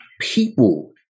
people